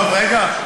טוב, רגע.